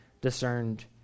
discerned